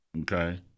Okay